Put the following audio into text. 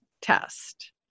test